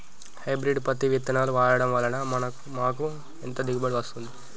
Hybrid పత్తి విత్తనాలు వాడడం వలన మాకు ఎంత దిగుమతి వస్తుంది?